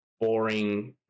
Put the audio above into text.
boring